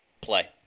play